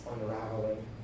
unraveling